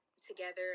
together